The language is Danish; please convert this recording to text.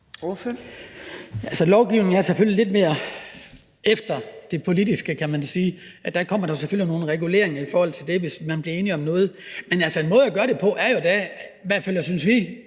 Lovgivningen ligger selvfølgelig lidt efter det politiske. Der kommer selvfølgelig nogle reguleringer i forhold til det, hvis man bliver enig om noget. Men en måde at gøre det på er jo, synes vi